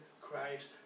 Christ